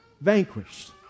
vanquished